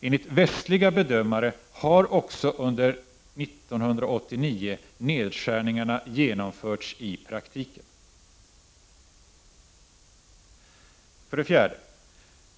Enligt västliga bedömare har också under 1989 nedskärningarna genomförts i praktiken. 4.